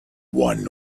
one